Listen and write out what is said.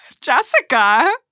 Jessica